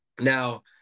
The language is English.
Now